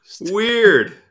weird